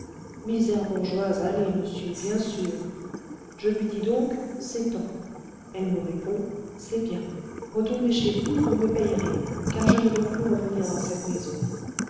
misère bourgeoise allez monsieur bien sûr je lui dis donc c'est tant elle me répond c'est bien retournons chez vous vous me payerez car je ne dois plus revenir dans cette maison